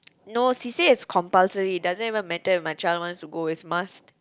no she say is compulsory doesn't even matter if my child wants to go is must